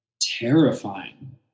terrifying